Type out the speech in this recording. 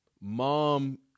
Mom